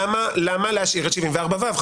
למה להשאיר את 74ו?